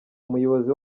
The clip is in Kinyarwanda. umuyobozi